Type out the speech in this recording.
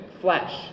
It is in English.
flesh